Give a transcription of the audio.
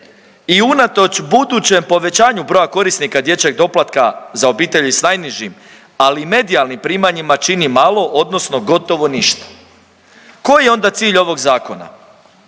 i unatoč budućem povećanju broja korisnika dječjeg doplatka za obitelji s najnižim ali medijalnim primanjima, čini malo odnosno gotovo ništa. Koji je onda cilj ovog zakona?